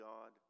God